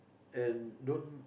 and don't